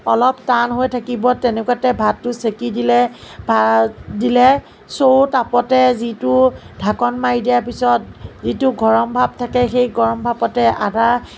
অলপ টান হৈ থাকিব তেনেকুৱাতে ভাতটো চেকি দিলে দিলে চৰুৰ তাপতে যিটো ঢাকন মাৰি দিয়াৰ পিছত যিটো গৰম ভাপ থাকে সেইটো গৰম ভাপতেই আধা